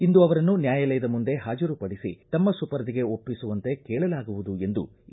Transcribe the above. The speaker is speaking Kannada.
ಇಂದು ಅವರನ್ನು ನ್ಯಾಯಾಲಯದ ಮುಂದೆ ಹಾಜರುಪಡಿಸಿ ತಮ್ಮ ಸುಪರ್ದಿಗೆ ಕಸ್ಪಡಿಗೆ ಒಪ್ಪಿಸುವಂತೆ ಕೇಳಲಾಗುವುದು ಎಂದೂ ಇ